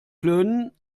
klönen